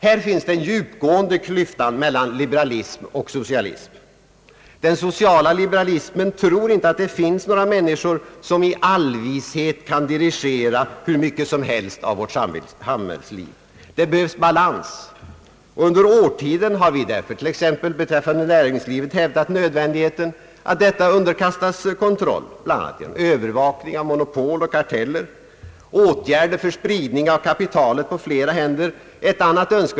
Här finns den djupgående klyftan mellan liberalism och socialism. Den sociala liberalismen tror inte att det finns några människor som i allvishet kan dirigera hur mycket som helst av vårt samhällsliv. Det behövs balans. Under årtionden har vi därför t.ex. hävdat nödvändigheten av att näringslivet underkastas kontroll, bl.a. genom övervakning av monopol och karteller, genom åtgärder för spridning av kapitalet på flera händer.